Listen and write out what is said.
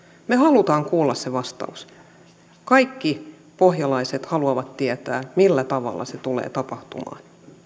me haluamme kuulla sen vastauksen kaikki pohjalaiset haluavat tietää millä tavalla se tulee tapahtumaan